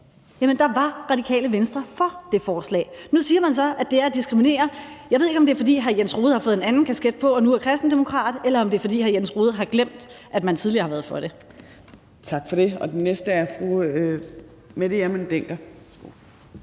forslaget, var Radikale Venstre for det forslag. Nu siger man så, at det er at diskriminere. Jeg ved ikke, om det er, fordi hr. Jens Rohde har fået en anden kasket på og nu er kristendemokrat, eller om det er, fordi hr. Jens Rohde har glemt, at man tidligere har været for det. Kl. 13:28 Tredje næstformand (Trine